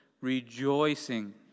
rejoicing